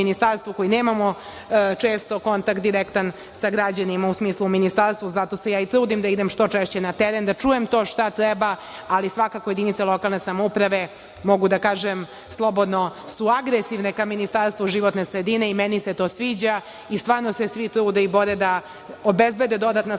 koji nemamo često kontakt direktan sa građanima, u smislu Ministarstva, zato se ja i trudim da idem što češće na teren, da čujem to što treba, ali svakako, jedinice lokalne samouprave mogu da kažem slobodno su agresivne ka Ministarstvu životne sredine i meni se to sviđa i stvarno svi trude i bore da obezbede dodatna sredstva